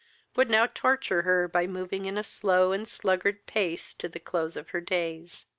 would now torture her by moving in a slow and sluggard pace to the close of her days.